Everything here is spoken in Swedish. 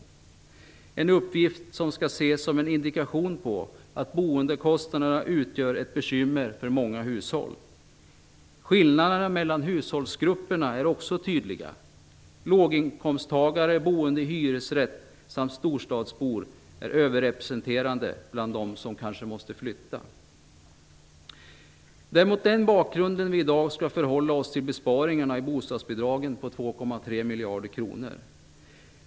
Det är en uppgift som skall ses som en indikation på att boendekostnaderna utgör ett bekymmer för många hushåll. Skillnaderna mellan hushållsgrupperna är också tydliga. Låginkomsttagare som bor i hyresrätt samt storstadsbor är överrepresenterade bland dem som kanske måste flytta. Det är med detta som bakgrund vi i dag skall förhålla oss till besparingarna i bostadsbidragen på 2,3 miljarder kronor.